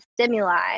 stimuli